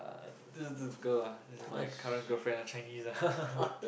this this girl ah this my current girlfriend ah Chinese ah